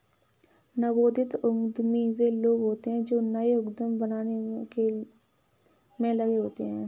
नवोदित उद्यमी वे लोग होते हैं जो नए उद्यम बनाने में लगे होते हैं